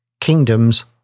kingdoms